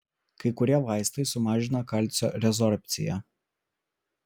kai kurie vaistai sumažina kalcio rezorbciją